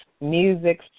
Music